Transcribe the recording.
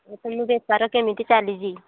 ଏଇ ତ ମୁଁ ବେପାର କେମିତି ଚାଲିଛି